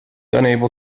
unable